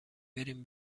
بریم